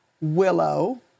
willow